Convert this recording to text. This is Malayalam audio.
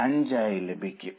75 ആയി ലഭിക്കും